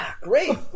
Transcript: great